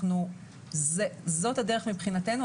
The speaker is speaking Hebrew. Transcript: זאת הדרך מבחינתנו.